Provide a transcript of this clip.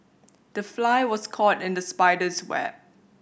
the fly was caught in the spider's web